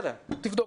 תבדוק.